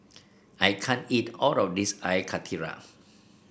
I can't eat all of this Air Karthira